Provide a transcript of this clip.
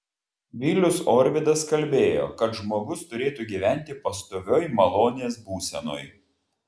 vilius orvydas kalbėjo kad žmogus turėtų gyventi pastovioj malonės būsenoj